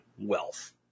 wealth